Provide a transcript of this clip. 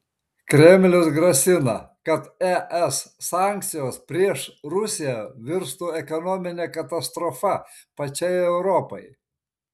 kremlius grasina kad es sankcijos prieš rusiją virstų ekonomine katastrofa pačiai europai